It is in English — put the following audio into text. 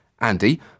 Andy